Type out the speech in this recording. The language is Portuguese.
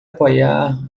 apoiar